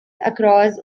across